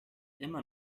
immer